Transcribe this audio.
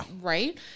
right